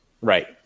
Right